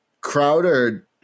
Crowder